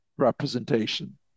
Representation